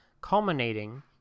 culminating